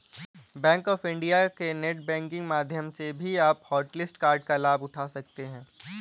bank of India के net banking माध्यम से भी आप हॉटलिस्ट कार्ड का लाभ उठा सकते हैं